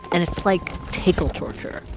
and it's like tickle torture.